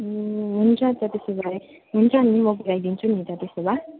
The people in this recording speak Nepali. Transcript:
ए हुन्छ नि त त्यसो भए हुन्छ नि म घुराई दिन्छु नि त त्यसो भए